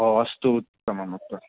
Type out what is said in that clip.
हो अस्तु उत्तमम्